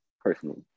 personally